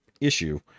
issue